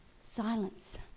silence